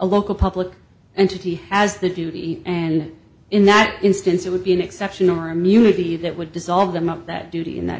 a local public entity has the duty and in that instance it would be an exception or immunity that would dissolve them of that duty in that